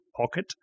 pocket